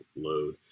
load